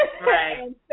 Right